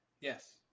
Yes